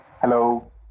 hello